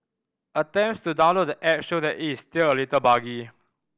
attempts to download the app show that is still a little buggy